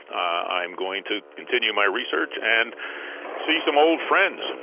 i'm going to continue my research, and see some old friends.